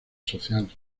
social